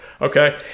Okay